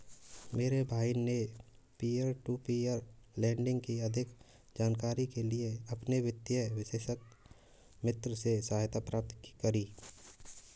मेरे भाई ने पियर टू पियर लेंडिंग की अधिक जानकारी के लिए अपने वित्तीय विशेषज्ञ मित्र से सहायता प्राप्त करी